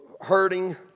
hurting